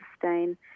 sustain